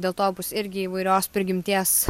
dėl to bus irgi įvairios prigimties